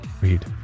Read